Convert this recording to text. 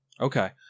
Okay